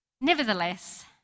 Nevertheless